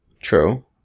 True